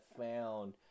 found